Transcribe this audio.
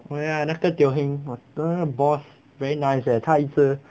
oh ya 那个 Teo Heng 我真的 boss very nice leh 他一直